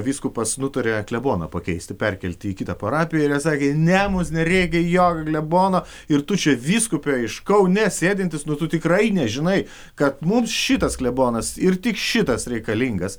vyskupas nutarė kleboną pakeisti perkelti į kitą parapiją sakė ne mums nereikia jokio klebono ir tuščia vyskupe iš kaune sėdintis nu tu tikrai nežinai kad mums šitas klebonas ir tik šitas reikalingas